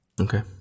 Okay